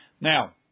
Now